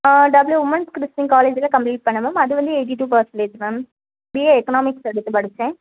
ஆ W women's Christian காலேஜில் complete பண்ணேன் ma'am அது வந்து eighty two percentage ma'am BA economics எடுத்து படித்தேன்